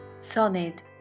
Sonnet